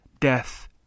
death